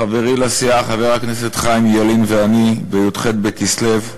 חברי לסיעה חבר הכנסת חיים ילין ואני, בי"ח בכסלו,